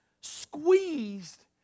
squeezed